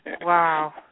Wow